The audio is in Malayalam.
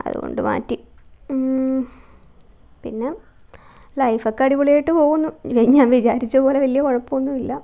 അതുകൊണ്ട് മാറ്റി പിന്നെ ലൈഫൊക്കെ അടിപൊളിയായിട്ട് പോകുന്നു ഏയ് ഞാൻ വിചാരിച്ച പോലെ വല്യ കുഴപ്പമൊന്നുമില്ല